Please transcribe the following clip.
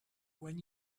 when